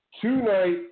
tonight